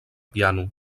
piano